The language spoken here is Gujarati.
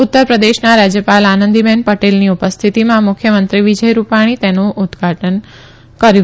ઉત્તરપ્રદેશના રાજયપાલ આનંદીબેન પટેલની ઉપસ્થિતિમાં મુખ્યમંત્રી વિજય રૂપાણી તેનું ઉદઘાટન કરશે